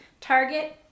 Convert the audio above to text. Target